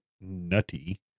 nutty